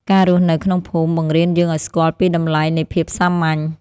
ការរស់នៅក្នុងភូមិបង្រៀនយើងឱ្យស្គាល់ពីតម្លៃនៃភាពសាមញ្ញ។